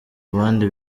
abandi